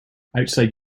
outside